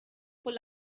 pull